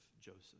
Joseph